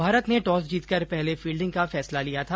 भारत ने टॉस जीतकर पहले फिल्डिंग का फैसला लिया था